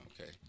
Okay